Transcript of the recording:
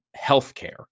healthcare